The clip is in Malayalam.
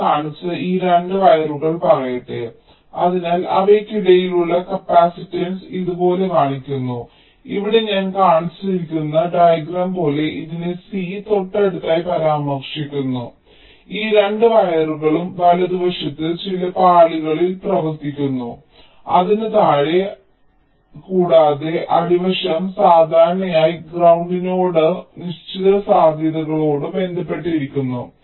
യും കാണിച്ച ഈ 2 വയറുകൾ പറയട്ടെ അതിനാൽ അവയ്ക്കിടയിലുള്ള കപ്പാസിറ്റൻസ് ഇതുപോലെ കാണിക്കുന്നു ഇവിടെ ഞാൻ കാണിച്ചിരിക്കുന്ന ഡയഗ്രം പോലെ ഇതിനെ C തൊട്ടടുത്തായി പരാമർശിക്കുന്നു ഈ രണ്ട് വയറുകളും വലതുവശത്ത് ചില പാളികളിൽ പ്രവർത്തിക്കുന്നു അതിന് താഴെ അടിവസ്ത്രമുണ്ട് കൂടാതെ അടിവശം സാധാരണയായി ഗ്രൌണ്ടിനോടൊ നിശ്ചിത സാധ്യതകളോടോ ബന്ധപ്പെട്ടിരിക്കുന്നു